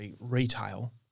retail